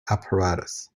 apparatus